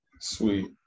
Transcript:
Sweet